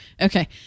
Okay